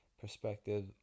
perspective